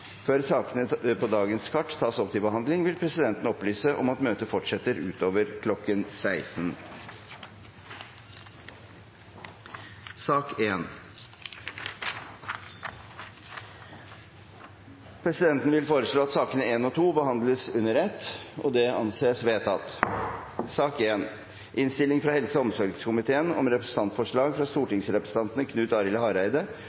Før sakene på dagens kart tas opp til behandling, vil presidenten opplyse om at møtet fortsetter utover kl. 16. Presidenten vil foreslå at sakene nr. 1 og 2 behandles under ett. – Det anses vedtatt. Etter ønske fra helse- og omsorgskomiteen